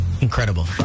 Incredible